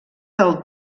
del